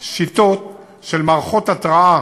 שיטות של מערכות התרעה